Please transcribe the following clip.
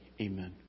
Amen